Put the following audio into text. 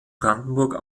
brandenburg